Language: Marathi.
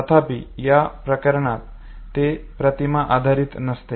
तथापि या प्रकरणात ते प्रतिमा आधारित नसते